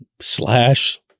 slash